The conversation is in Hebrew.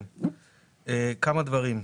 כמה דברים.